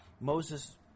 Moses